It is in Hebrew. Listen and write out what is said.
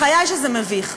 בחיי שזה מביך.